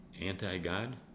Anti-God